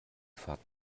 fahrt